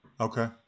Okay